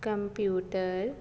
computer